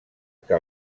que